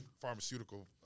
Pharmaceutical